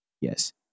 Yes